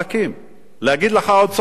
להגיד לך עוד סוד, אדוני היושב-ראש?